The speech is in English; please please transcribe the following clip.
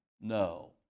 No